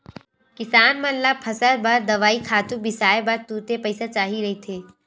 किसान मन ल फसल बर दवई, खातू बिसाए बर तुरते पइसा चाही रहिथे